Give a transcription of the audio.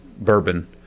Bourbon